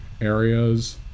areas